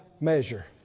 measure